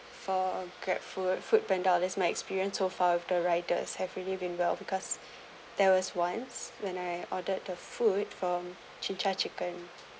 for grab food foodpanda this my experience so far with the riders have really been well because there was once when I ordered the food from jinjja chicken